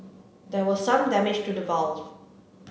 there was some damage to the valve